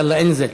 יאללה, אנזיל.